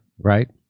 Right